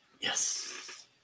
Yes